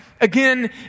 again